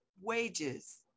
wages